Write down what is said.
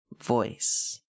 voice